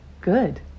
Good